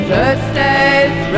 Thursday's